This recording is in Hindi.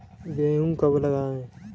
गेहूँ कब लगाएँ?